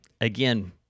again